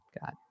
God